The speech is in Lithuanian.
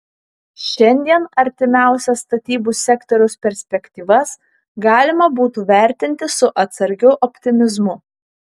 šiandien artimiausias statybų sektoriaus perspektyvas galima būtų vertinti su atsargiu optimizmu